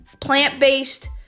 plant-based